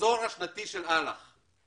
המחזור השנתי של אל"ח הוא